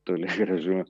toli gražu